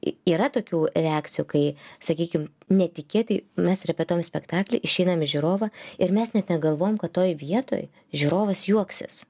į yra tokių reakcijų kai sakykim netikėtai mes repetuojam spektaklį išeinam į žiūrovą ir mes net negalvojom kad toj vietoj žiūrovas juoksis